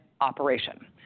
operation